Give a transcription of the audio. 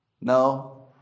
No